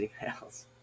emails